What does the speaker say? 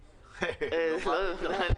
לא התפטרת ממנה?